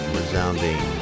resounding